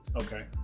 Okay